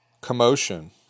Commotion